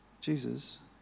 Jesus